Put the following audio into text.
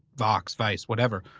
vox, vice, whatever,